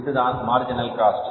இதுதான் marginal cost